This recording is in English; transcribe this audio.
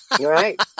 Right